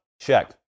check